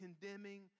condemning